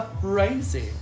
crazy